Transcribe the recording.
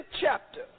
chapter